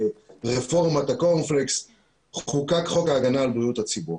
רפורמת הקורנפלקס חוקק חוק ההגנה על בריאות הציבור